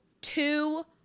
two